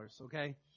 Okay